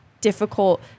difficult